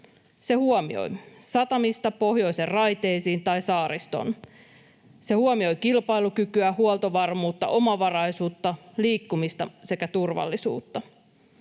se huomioi, satamista pohjoisen raiteisiin tai saaristoon. Se huomioi kilpailukykyä, huoltovarmuutta, omavaraisuutta, liikkumista sekä turvallisuutta.